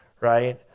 right